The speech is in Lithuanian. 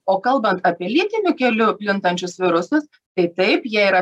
o kalbant apie lytiniu keliu plintančius virusus tai taip jie yra